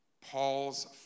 Paul's